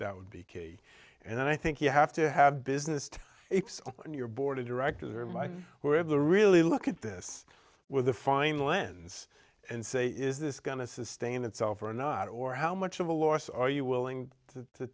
that would be key and i think you have to have business on your board of directors or my were of the really look at this with a fine lens and say is this going to sustain itself or not or how much of a loss are you willing to